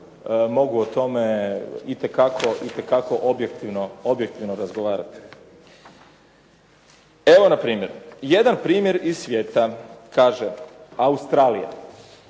mogu o tome itekako objektivno razgovarati. Evo npr. jedan primjer iz svijeta. Kaže, Australija,